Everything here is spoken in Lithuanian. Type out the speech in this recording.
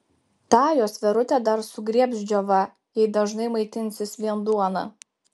tą jos verutę dar sugriebs džiova jei dažnai maitinsis vien duona